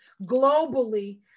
globally